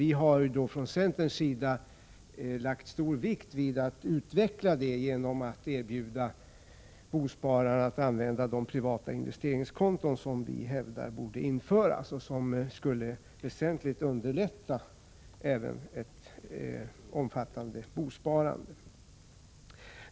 Vi från centern har lagt stor vikt vid att utveckla detta genom att erbjuda bospararna att använda de privata investeringskonton som vi hävdar borde införas och som väsentligt skulle underlätta även ett omfattande bosparande.